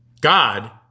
God